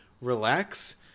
relax